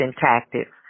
tactics